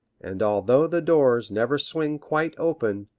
and although the doors never swing quite open,